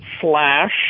slash